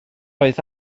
oedd